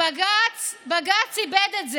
"בג"ץ איבד את זה.